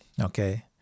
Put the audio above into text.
Okay